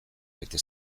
bete